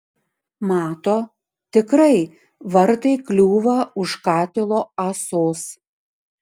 mato tikrai vartai kliūva už katilo ąsos